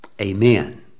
Amen